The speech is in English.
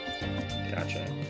Gotcha